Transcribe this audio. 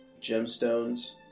gemstones